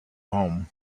home